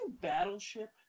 Battleship